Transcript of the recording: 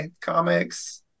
comics